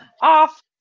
off